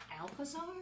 Alcazar